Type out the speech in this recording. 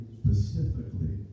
specifically